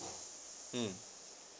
mm